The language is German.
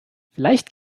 vielleicht